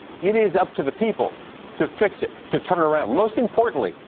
it is up to the people to fix it. to turn it around. most importantly,